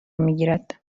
میگیرد